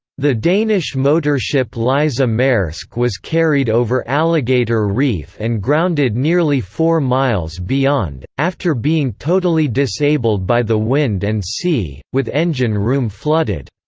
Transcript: the danish motorship leise maersk was carried over alligator reef and grounded nearly four miles beyond, after being totally disabled by the wind and sea, with engine room flooded.